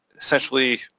essentially